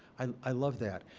and i love that.